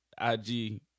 IG